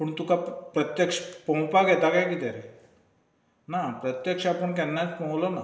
पूण तुका प्रत्यक्ष पोंवपाक येता काय कितें रे ना प्रत्यक्ष आपूण केन्ना पोंवलो ना